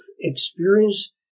Experience